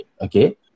Okay